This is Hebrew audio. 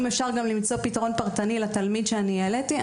אם אפשר למצוא פתרון פרטני לתלמיד שאני העליתי.